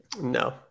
No